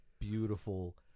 beautiful